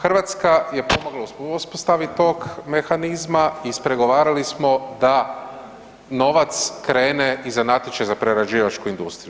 Hrvatska je pomogla u uspostavi tog mehanizma, ispregovarali smo da novac krene i za natječaj za prerađivačku industriju.